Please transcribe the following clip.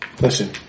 listen